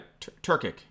Turkic